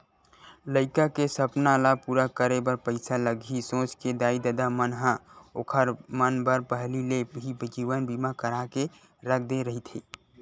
लइका के सपना ल पूरा करे बर पइसा लगही सोच के दाई ददा मन ह ओखर मन बर पहिली ले ही जीवन बीमा करा के रख दे रहिथे